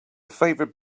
favorite